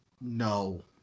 no